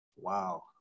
Wow